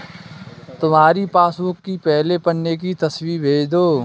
तुम्हारी पासबुक की पहले पन्ने की तस्वीर भेज दो